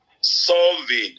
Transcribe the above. Solving